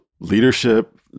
leadership